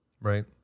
Right